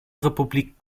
republik